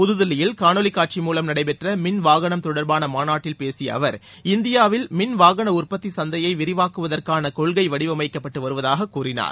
புதுதில்லியில் காணொளி காட்சி மூலம் நடைபெற்ற மின் வாகனம் தொடர்பான மாநாட்டில் பேசிய அவர் இந்தியாவில் மின் வாகன உற்பத்தி சந்தையை விரிவாக்குவதற்கான கொள்கை வடிவமைக்கப்பட்டு வருவதாக கூறினார்